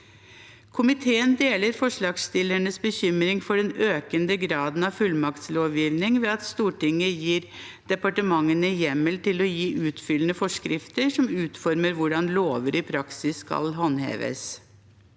Komiteen deler forslagsstillernes bekymring for den økende graden av fullmaktslovgivning ved at Stortinget gir departementene hjemmel til å gi utfyllende forskrifter som utformer hvordan lover i praksis skal håndheves.